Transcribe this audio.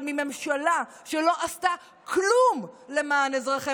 אבל מממשלה שלא עשתה כלום למען אזרחי